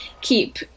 keep